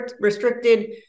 restricted